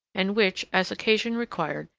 and which, as occasion required,